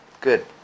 Good